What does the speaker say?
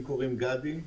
לי קוראים גדי,